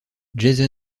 jason